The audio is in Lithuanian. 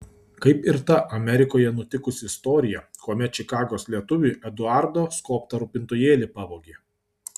kaip ir ta amerikoje nutikusi istorija kuomet čikagos lietuviui eduardo skobtą rūpintojėlį pavogė